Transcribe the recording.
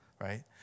right